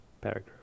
paragraph